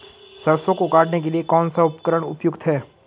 सरसों को काटने के लिये कौन सा उपकरण उपयुक्त है?